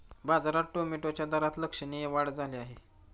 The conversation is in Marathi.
बाजारात टोमॅटोच्या दरात लक्षणीय वाढ झाली आहे